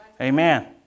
Amen